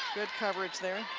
good coverage there.